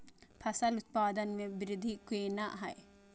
फसल उत्पादन में वृद्धि केना हैं?